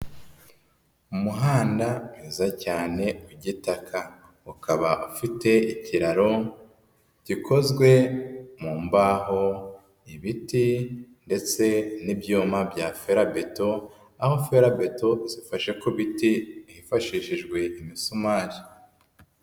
Umuhanda mwiza cyane w'igitaka, ukaba ufite ikiraro gikozwe mu mbaho, ibiti ndetse n'ibyuma bya ferabeto aho ferabeto zifashe ku biti hifashishijwe imisumari.